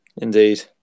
Indeed